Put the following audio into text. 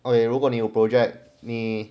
okay 如果你有 project 你